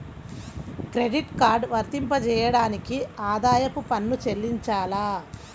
Credit card వర్తింపజేయడానికి ఆదాయపు పన్ను చెల్లించాలా?